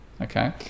okay